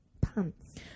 pants